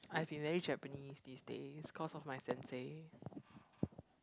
I've been very Japanese these days cause of my sensei